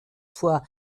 vor